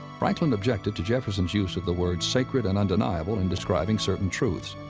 franklin objected to jefferson's use of the word sacred and undeniable in describing certain truths.